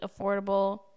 affordable